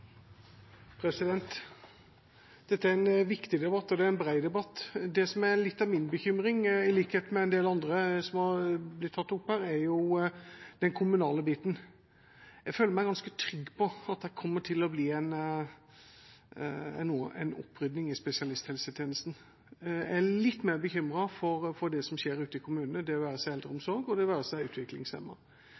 det er en bred debatt. Det som er litt av min bekymring, som også en del andre har tatt opp her, er den kommunale biten. Jeg føler meg ganske trygg på at det kommer til å bli en opprydding i spesialisthelsetjenesten. Jeg er litt mer bekymret for det som skjer ute i kommunene, det være seg eldreomsorg, og det være seg